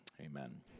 amen